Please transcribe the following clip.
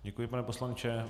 Děkuji, pane poslanče.